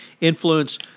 influence